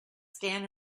stand